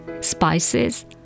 spices